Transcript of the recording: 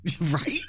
Right